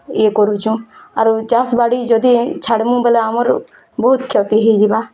ଇଏ କରୁଛୁଁ ଆରୁ ଚାଷ୍ ବାଡ଼ି ଯଦି ଛାଡ଼ମୁ ବୋଲେ ଆମର୍ ବହୁତ୍ କ୍ଷତି ହେଇଯିବା